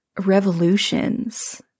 revolutions